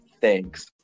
thanks